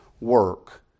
work